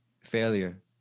failure